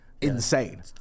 insane